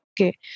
okay